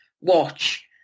watch